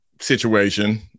situation